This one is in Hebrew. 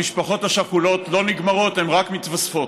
המשפחות השכולות לא נגמרות, הן רק מתווספות.